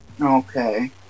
Okay